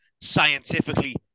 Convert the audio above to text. scientifically